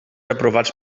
aprovats